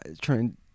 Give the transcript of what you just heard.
trying